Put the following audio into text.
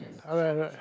alright alright